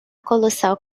colosal